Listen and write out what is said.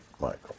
Michael